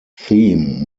theme